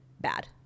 bad